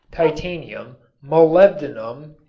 titanium, molybdenum,